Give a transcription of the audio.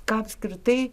ką apskritai